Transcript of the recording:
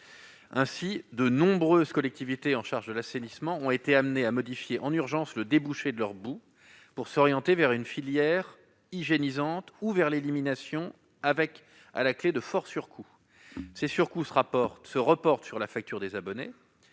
Ainsi, de nombreuses collectivités chargées de l'assainissement ont été amenées à modifier en urgence le débouché de leurs boues d'épuration, pour s'orienter vers une filière hygiénisante ou vers l'élimination, avec, à la clé, de forts surcoûts, qui se reportent sur la facture des abonnés.